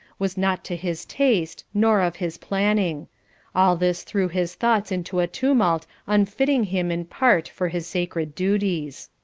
was not to his taste nor of his planning all this threw his thoughts into a tumult unfitting him in part for his sacred duties.